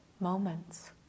Moments